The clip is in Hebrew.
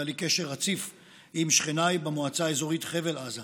היה לי קשר רציף עם שכניי במועצה אזורית חבל עזה.